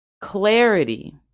clarity